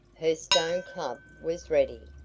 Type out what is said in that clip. her stone club was ready.